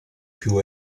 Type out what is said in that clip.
più